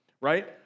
right